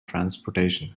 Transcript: transportation